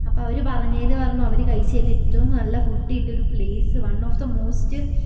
അപ്പം അവര് പറഞ്ഞേല് പറഞ്ഞു അവര് കഴിച്ചേല് ഏറ്റവും നല്ല ഫുഡ് കിട്ടിയ ഒരു place one of the most